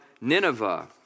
Nineveh